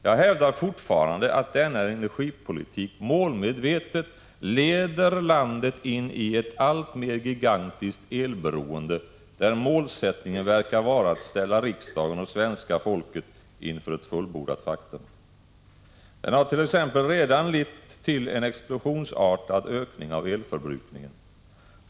Jag hävdar fortfarande att denna energipolitik målmedvetet leder landet in i ett alltmer gigantiskt elberoende, där målsättningen verkar vara att ställa riksdagen och svenska folket inför ett fullbordat faktum. Den hart.ex. redan lett till en explosionsartad ökning av elförbrukningen.